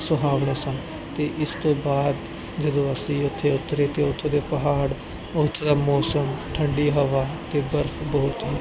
ਸੁਹਾਵਣੇ ਸਨ ਤੇ ਇਸ ਤੋਂ ਬਾਅਦ ਜਦੋਂ ਅਸੀਂ ਉੱਥੇ ਉਤਰੇ ਤੇ ਉੱਥੋਂ ਦੇ ਪਹਾੜ ਉੱਥੇ ਦਾ ਮੌਸਮ ਠੰਡੀ ਹਵਾ ਤੇ ਬਰਫ ਬਹੁਤ ਹੀ